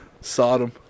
Sodom